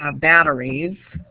ah batteries.